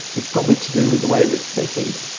it's probably to do with the way that they feed.